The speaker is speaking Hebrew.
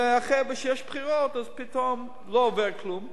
ואחרי שיש בחירות אז פתאום לא עובר כלום.